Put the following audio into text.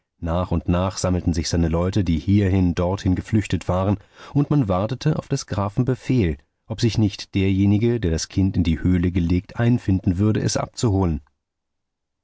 nach und nach sammelten sich seine leute die hierhin dorthin geflüchtet waren und man wartete auf des grafen befehl ob sich nicht derjenige der das kind in die höhle gelegt einfinden würde es abzuholen